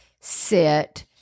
sit